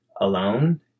alone